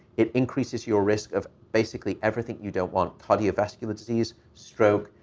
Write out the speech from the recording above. it increases your risk of basically everything you don't want cardiovascular disease, stroke,